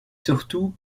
surtout